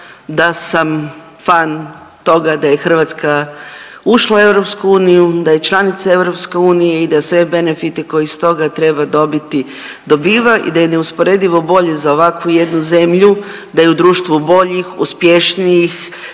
da sam fan toga da je Hrvatska ušla u EU, da je članica EU i da sve benefite koje iz toga treba dobiti dobiva i da je neusporedivo bolje za ovakvu jednu zemlju, da je u društvu boljih, uspješnijih,